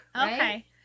Okay